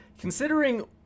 Considering